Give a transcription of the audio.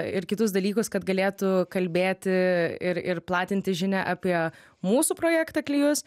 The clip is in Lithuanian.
ir kitus dalykus kad galėtų kalbėti ir ir platinti žinią apie mūsų projektą klijus